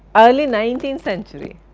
early nineteenth century.